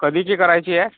कधीची करायची आहे